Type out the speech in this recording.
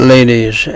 Ladies